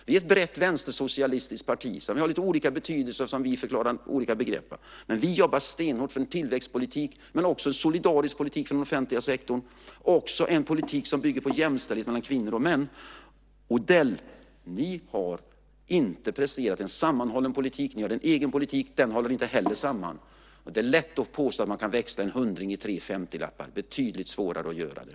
Vi är ett brett vänstersocialistiskt parti. Det har lite olika betydelse, och vi förklarar olika begrepp på olika sätt. Vi jobbar stenhårt för en tillväxtpolitik men också för en solidarisk politik för den offentliga sektorn och en politik som bygger på jämställdhet mellan kvinnor och män. Odell, ni har inte presterat en sammanhållen politik. Ni har en egen politik. Den håller inte heller samman. Det är lätt att påstå att man kan växla en hundring i tre femtiolappar. Det är betydligt svårare att också göra det.